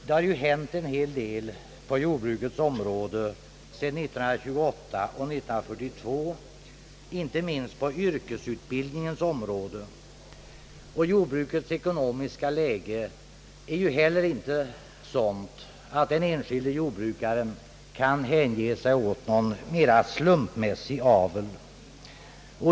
Det har ju hänt en hel del på jordbrukets område sedan 1928 och 1942, inte minst på yrkesutbildningens område, och jordbrukets ekonomiska läge är ju inte heller sådant att den enskilde jordbrukaren kan hänge sig åt en mer eller mindre slumpmässig avel.